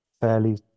fairly